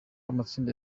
amatsinda